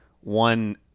one